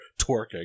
twerking